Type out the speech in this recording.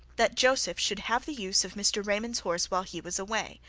that joseph should have the use of mr. raymond's horse while he was away,